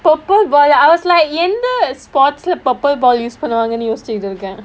purple ball I was like என்ன:enna spot purple ball use பண்ணுவாங்கன்னு யோசுசிட்டு இருக்கேன்:pannuvaangannu yosichuttu irukkaen